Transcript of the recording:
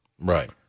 Right